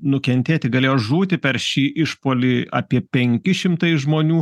nukentėti galėjo žūti per šį išpuolį apie penki šimtai žmonių